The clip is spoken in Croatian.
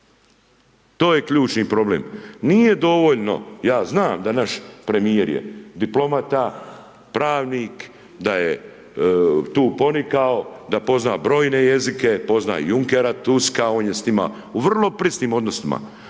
To je ključni problem. Nije dovoljno, ja znam da naš premijer je diplomata, pravnik, da tu je ponikao, da zna brojne jezike, pozna Junckera, Tuska on je s njima u vrlo prisnim odnosima,